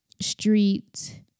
street